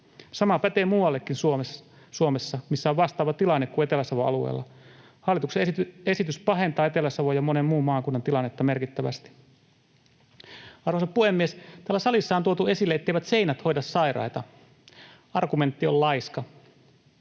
Sama pätee Suomessa muuallekin, missä on vastaava tilanne kuin Etelä-Savon alueella. Hallituksen esitys pahentaa Etelä-Savon ja monen muun maakunnan tilannetta merkittävästi. Arvoisa puhemies! Täällä salissa on tuotu esille, etteivät seinät hoida sairaita. Argumentti on laiska,